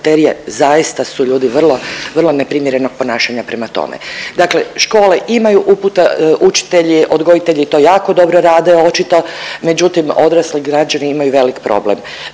zaista su ljudi vrlo, vrlo neprimjerenog ponašanja prema tome. Dakle škole imaju upute, učitelji, odgojitelji to jako dobro rade očito, međutim, odrasli građani imaju velik problem.